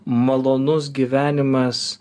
malonus gyvenimas